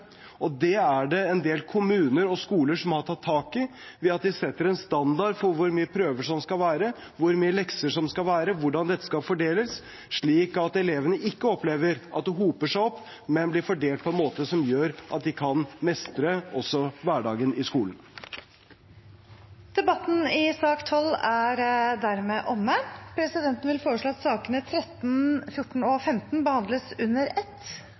og det er det en del kommuner og skoler som har tatt tak i ved å sette en standard for hvor mange prøver det skal være, hvor mye lekser det skal være, hvordan dette skal fordeles, slik at elevene ikke opplever at det hoper seg opp, men blir fordelt på en måte som gjør at de kan mestre hverdagen i skolen. Debatten i sak nr. 12 er dermed omme. Presidenten vil foreslå at sakene nr. 13–15 behandles under ett.